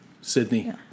Sydney